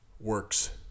works